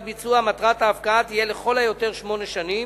ביצוע מטרת ההפקעה תהיה לכל היותר שמונה שנים.